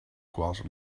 quals